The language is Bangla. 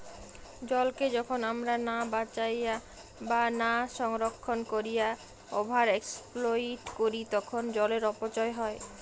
জলকে যখন আমরা না বাঁচাইয়া বা না সংরক্ষণ কোরিয়া ওভার এক্সপ্লইট করি তখন জলের অপচয় হয়